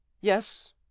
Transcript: Yes